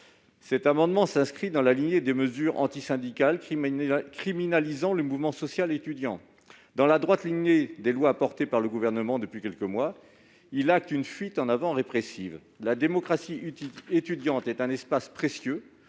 Cet amendement s'inscrit dans la lignée des mesures antisyndicales qui criminalisent le mouvement social étudiant. Dans la droite ligne des lois portées par le Gouvernement depuis quelques mois, il acte une fuite en avant répressive. La démocratie étudiante est un espace précieux